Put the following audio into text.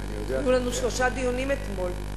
היו לנו שלושה דיונים אתמול.